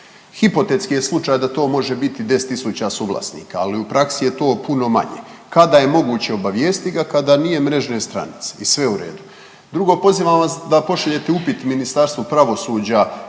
Hipotetski je slučaj da to može biti 10 000 suvlasnika, ali u praksi je to puno manje. Kada je moguće obavijestiti ga, kada nije mrežne stranice i sve u redu. Drugo, pozivam vas da pošaljete upit Ministarstvu pravosuđa